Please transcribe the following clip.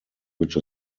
which